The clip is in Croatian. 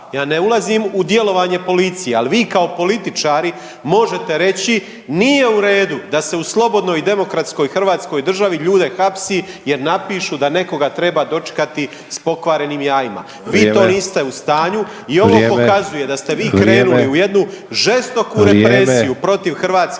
Ja ne ulazim u djelovanje policije, ali vi kao političari možete reći nije u redu da se u slobodnoj i demokratskoj hrvatskoj državi ljude hapsi jer napišu da nekoga treba dočekati sa pokvarenim jajima. Vi to niste u stanju …/Upadica Sanader: Vrijeme./… … i ovo pokazuje